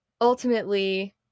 ultimately